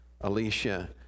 alicia